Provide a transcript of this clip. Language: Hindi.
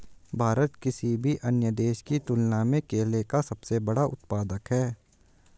भारत किसी भी अन्य देश की तुलना में केले का सबसे बड़ा उत्पादक है